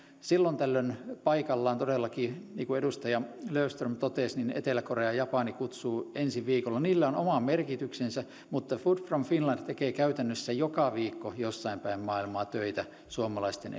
silloin tällöin paikallaan todellakin niin kuin edustaja löfström totesi etelä korea ja japani kutsuvat ensi viikolla niillä on oma merkityksensä mutta food from finland tekee käytännössä joka viikko jossain päin maailmaa töitä suomalaisten